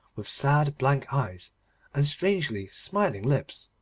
with sad blank eyes and strangely smiling lips.